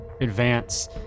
advance